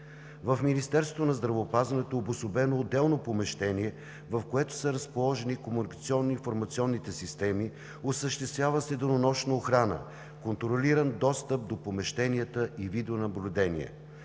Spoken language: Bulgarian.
В Министерството на здравеопазването е обособено отделно помещение, в което са разположени комуникационно-информационните системи, осъществява се денонощна охрана, контролиран достъп до помещенията и видеонаблюдение.